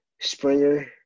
Springer –